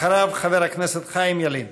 ואחריו, חבר הכנסת חיים ילין.